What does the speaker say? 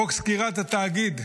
חוק סגירת התאגיד,